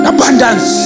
Abundance